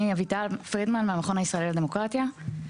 אני אביטל פרידמן מהמכון הישראלי לדמוקרטיה.